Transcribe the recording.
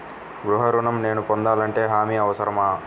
గృహ ఋణం నేను పొందాలంటే హామీ అవసరమా?